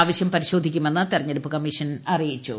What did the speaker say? ആവശ്യാ പരിശോധിക്കുമെന്ന് തിരഞ്ഞെടുപ്പ് കമ്മീഷൻ അറിയിച്ചു